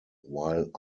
while